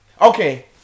Okay